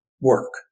work